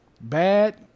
Bad